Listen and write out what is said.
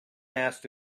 asked